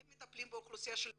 מטפלים באוכלוסייה של העולים,